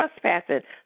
trespassing